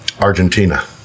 Argentina